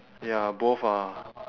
ya both are